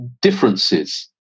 differences